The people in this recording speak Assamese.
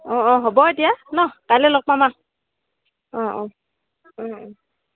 অঁ অঁ হ'ব এতিয়া ন কাইলে লগ পাম আ অঁ অঁ